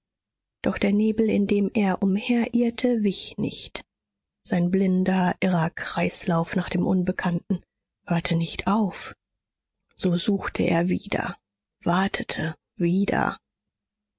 doch der nebel in dem er umherirrte wich nicht sein blinder irrer kreislauf nach dem unbekannten hörte nicht auf so suchte er wieder wartete wieder